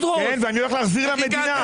כן, ואני הולך להחזיר למדינה.